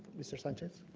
mr. sanchez.